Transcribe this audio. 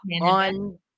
on